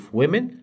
women